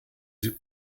sie